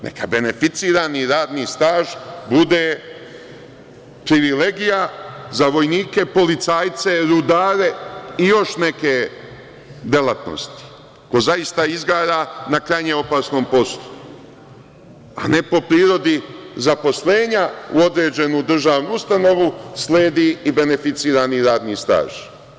Neka beneficirani radni staž bude privilegija za vojnike, policajce, rudare i još neke delatnosti, ko zaista izgara na krajnje opasnom poslu, a ne po prirodi zaposlenja u određenu državnu ustanovu sledi i beneficirani radni staž.